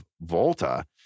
Volta